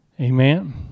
Amen